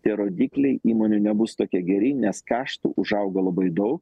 tie rodikliai įmonių nebus tokie geri nes kaštų užaugo labai daug